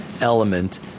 element